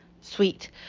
Sweet